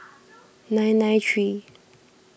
nine nine three